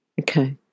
okay